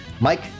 mike